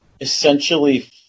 essentially